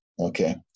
Okay